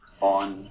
on